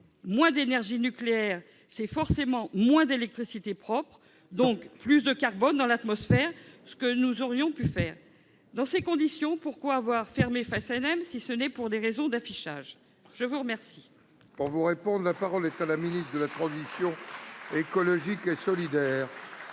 moins d'énergie nucléaire, c'est forcément moins d'électricité propre, donc plus de carbone dans l'atmosphère- ce que nous aurions pu éviter de faire. Dans ces conditions, pourquoi avoir fermé Fessenheim, si ce n'est pour des raisons d'affichage ? La parole